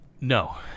No